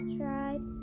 tried